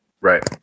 Right